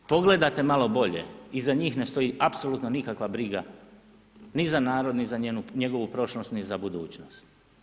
Ukoliko pogledate malo bolje, iza njih ne stoji apsolutno nikakva briga ni za narod ni za njegovu prošlost ni budućnost.